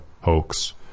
hoax